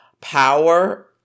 power